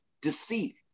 deceit